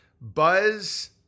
Buzz